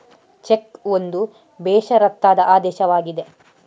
check ಒಂದು ಬೇಷರತ್ತಾದ ಆದೇಶವಾಗಿದೆ